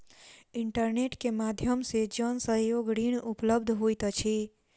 internet के माध्यम से जन सहयोग ऋण उपलब्ध होइत अछि